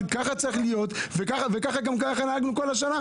אולי כדאי כן להתעמק בדוגמאות שהועלו,